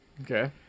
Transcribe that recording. Okay